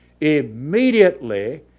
Immediately